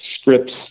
scripts